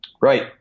Right